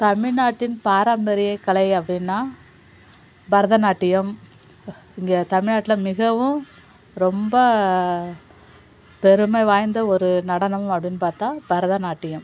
தமிழ்நாட்டின் பாரம்பரிய கலை அப்படின்னா பரதநாட்டியம் இங்கே தமிழ்நாட்டில் மிகவும் ரொம்ப பெருமை வாய்ந்த ஒரு நடனம் அப்படினு பார்த்தா பரதநாட்டியம்